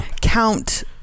count